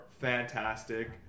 fantastic